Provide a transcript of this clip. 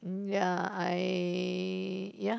ya I ya